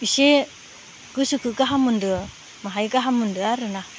एसे गोसोखो गाहाम मोनदो माहाय गाहाम मोनदो आरोना